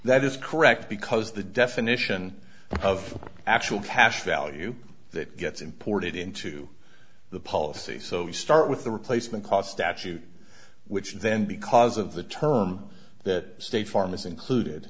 that is correct because the definition of actual cash value that gets imported into the policy so we start with the replacement cost statute which then because of the term that state farm is included